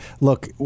look